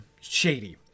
shady